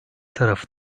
tarafı